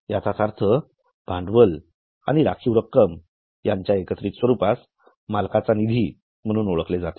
याचाच अर्थ भांडवल व राखीव रक्कम यांच्या एकत्रित स्वरूपास मालकांचा निधी म्हणून ओळखले जाते